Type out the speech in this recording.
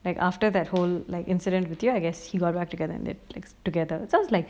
like after that whole like incident with you I guess he got back together and that like together sounds like